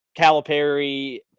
Calipari